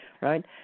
Right